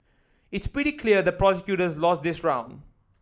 it's pretty clear the prosecutors lost this round